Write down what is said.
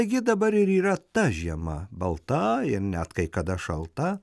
taigi dabar ir yra ta žiema balta ir net kai kada šalta